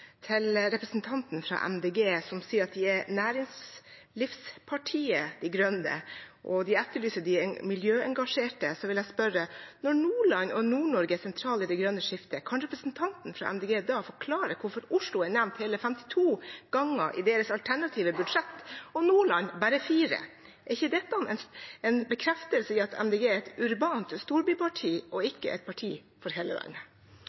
at de etterlyser de miljøengasjerte, vil jeg spørre: Når Nordland og Nord-Norge er sentrale i det grønne skiftet, kan representanten fra Miljøpartiet De Grønne da forklare hvorfor Oslo er nevnt hele 52 ganger i deres alternative budsjett og Nordland bare 4 ganger? Er ikke dette en bekreftelse på at Miljøpartiet De Grønne er et urbant storbyparti og ikke et parti for hele landet?